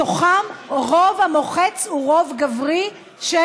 מתוכן הרוב המוחץ בחבר השופטים הוא רוב גברי.